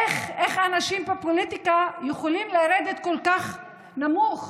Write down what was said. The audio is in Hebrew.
איך אנשים בפוליטיקה יכולים לרדת כל כך נמוך,